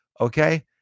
Okay